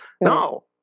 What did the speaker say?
No